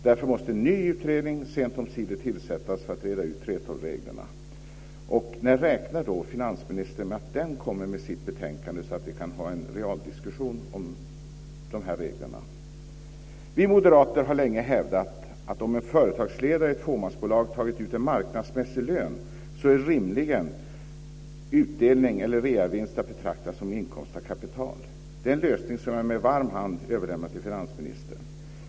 Därför måste en ny utredning sent omsider tillsättas för att reda ut 3:12-reglerna. När räknar finansministern med att den kommer med sitt betänkande, så att vi kan ha en realdiskussion om de här reglerna? Vi moderater har länge hävdat att om en företagsledare i ett fåmansbolag har tagit ut en marknadsmässig lön är rimligen reavinsten att betrakta som inkomst av kapital. Det är en lösning som jag med varm hand överlämnar till finansministern.